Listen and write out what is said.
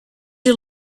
you